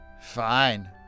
Fine